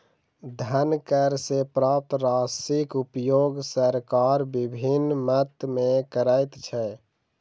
धन कर सॅ प्राप्त राशिक उपयोग सरकार विभिन्न मद मे करैत छै